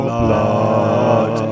blood